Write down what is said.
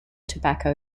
tobacco